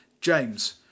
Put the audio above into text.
James